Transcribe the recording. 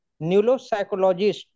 neuropsychologist